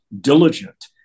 diligent